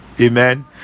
amen